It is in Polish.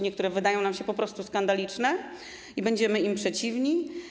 Niektóre z nich wydają nam się po prostu skandaliczne i będziemy im przeciwni.